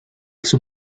sus